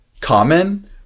common